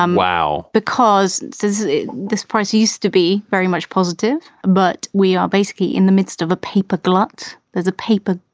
um wow. because so as this price used to be very much positive, but we are basically in the midst of a paper glut. there's a paper,